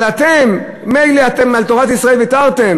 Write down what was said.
אבל אתם, מילא אתם על תורת ישראל ויתרתם,